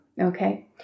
Okay